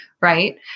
right